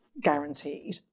guaranteed